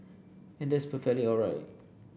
and that's perfectly all right